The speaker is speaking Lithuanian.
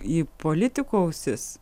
į politikų ausis